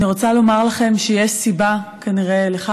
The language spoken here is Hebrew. אני רוצה לומר לכם שכנראה יש סיבה לכך